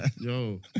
Yo